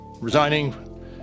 resigning